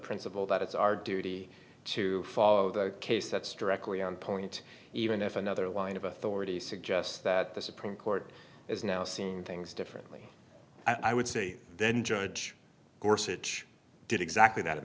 principle that it's our duty to follow the case that's directly on point even if another line of authority suggests that the supreme court has now seen things differently i would say then judge gorsuch did exactly that